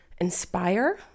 inspire